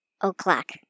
o'clock